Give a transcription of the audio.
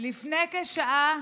לפני כשעה